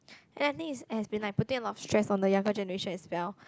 and I think it's it has been like putting a lot of stress on the younger generation as well